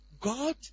God